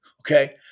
okay